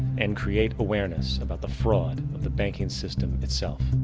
and create awareness about the fraud of the banking system itself.